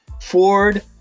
Ford